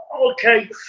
Okay